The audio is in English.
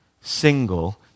single